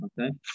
Okay